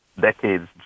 decades